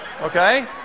Okay